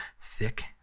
thick